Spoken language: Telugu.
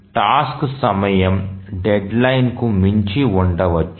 టాస్క్ సమయం డెడ్లైన్కు మించి ఉండవచ్చు